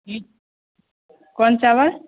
कोन चाबल